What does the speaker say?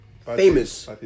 famous